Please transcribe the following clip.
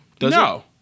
No